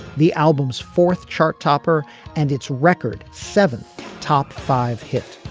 the album's fourth chart topper and its record seven top five hit